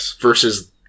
versus